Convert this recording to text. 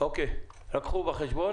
רק קחו בחשבון